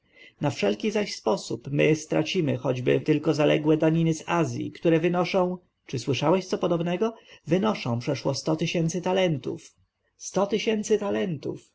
na wszelki zaś sposób my stracimy choćby tylko zaległe daniny z azji które wynoszą czy słyszałeś co podobnego wynoszą przeszło sto tysięcy talentów sto tysięcy talentów